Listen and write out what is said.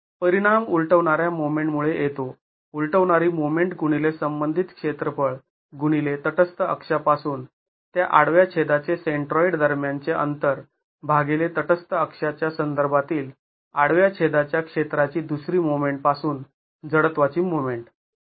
तर परिणाम उलटवणाऱ्या मोमेंटमुळे येतो उलटवणारी मोमेंट गुणिले संबंधित क्षेत्रफळ गुणिले तटस्थ अक्षापासून त्या आडव्या छेदाचे सेंट्रॉईड दरम्यानचे अंतर भागिले तटस्थ अक्षाच्या संदर्भातील आडव्या छेदाच्या क्षेत्राची दुसरी मोमेंट पासून जडत्वाची मोमेंट